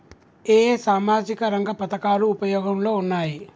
ఏ ఏ సామాజిక రంగ పథకాలు ఉపయోగంలో ఉన్నాయి?